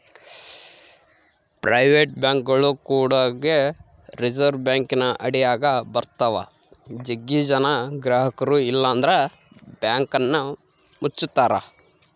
private ಬ್ಯಾಂಕ್ಗಳು ಕೂಡಗೆ reserve ಬ್ಯಾಂಕಿನ ಅಡಿಗ ಬರುತ್ತವ, ಜಗ್ಗಿ ಜನ ಗ್ರಹಕರು ಇಲ್ಲಂದ್ರ ಬ್ಯಾಂಕನ್ನ ಮುಚ್ಚುತ್ತಾರ